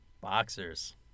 Boxers